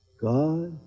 God